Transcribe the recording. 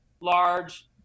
large